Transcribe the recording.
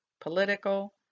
political